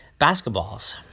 basketballs